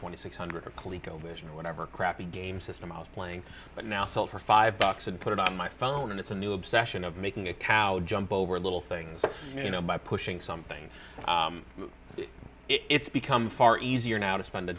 twenty six hundred or clique ovation or whatever crappy game system i was playing but now sell for five bucks and put it on my phone and it's a new obsession of making a cow jump over little things you know by pushing something it's become far easier now to spend a